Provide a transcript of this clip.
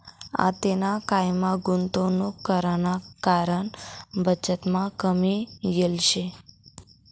आतेना कायमा गुंतवणूक कराना कारण बचतमा कमी येल शे